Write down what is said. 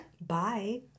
bye